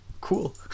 cool